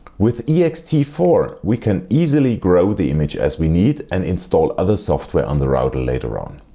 with e x t four we can easily grow the image as we need and install other software on the router later on.